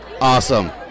Awesome